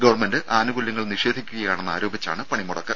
government ആനുകൂല്യങ്ങൾ നിഷേധിക്കുകയാണെന്ന് ആരോപിച്ചാണ് പണിമുടക്ക്